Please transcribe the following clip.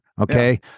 Okay